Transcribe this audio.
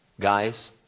guys